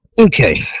Okay